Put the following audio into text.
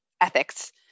ethics